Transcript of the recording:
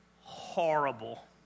horrible